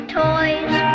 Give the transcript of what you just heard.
toys